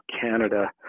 Canada